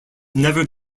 never